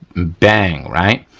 bang, right,